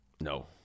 No